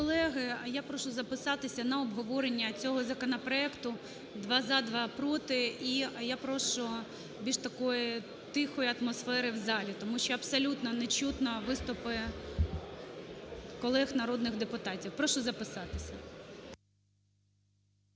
колеги, я прошу записатися на обговорення цього законопроекту: два – за, два – проти. І я прошу більш такої тихої атмосфери в залі. Тому що абсолютно не чутно виступи колег народних депутатів. Прошу записатися.